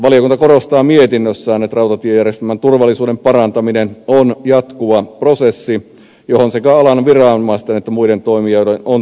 valiokunta korostaa mietinnössään että rautatiejärjestelmän turvallisuuden parantaminen on jatkuva prosessi johon sekä alan viranomaisten että muiden toimijoiden on sitouduttava